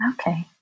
Okay